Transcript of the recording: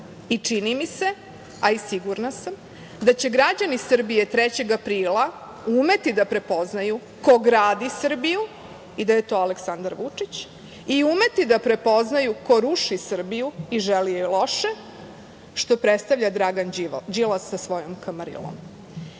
I čini mi se, a i sigurna sam, da će građani Srbije 3. aprila umeti da prepoznaju ko gradi Srbiju i da je to Aleksandar Vučić i umeti da prepoznaju ko ruši Srbiju i želi joj loše, što predstavlja Dragan Đilas sa svojom kamarilom. Zato,